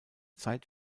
zeit